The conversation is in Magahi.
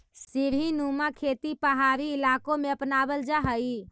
सीढ़ीनुमा खेती पहाड़ी इलाकों में अपनावल जा हई